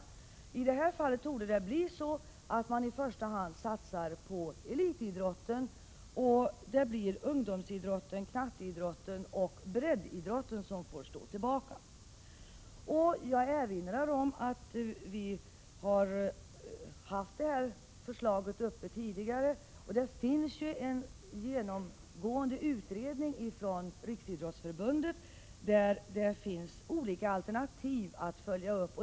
I detta fall torde det bli så att man i första hand satsar på elitidrotten. Det blir ungdomsidrotten, knatteidrotten och breddidrotten som får stå tillbaka. Jag erinrar om att vi har haft detta förslag uppe tidigare. Det finns en genomgripande utredning ifrån Riksidrottsförbundet, som redovisar olika alternativ att följa upp.